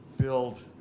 build